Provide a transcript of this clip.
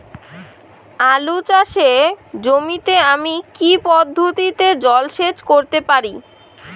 আলু চাষে জমিতে আমি কী পদ্ধতিতে জলসেচ করতে পারি?